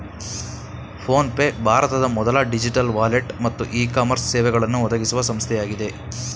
phone pay ಭಾರತದ ಮೊದಲ digital wallet ಮತ್ತು ಇ ಕಾಮರ್ಸ್ ಸೇವೆಗಳನ್ನು ಒದಗಿಸುವ ಸಂಸ್ಥೆಯಾಗಿದೆ